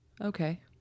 okay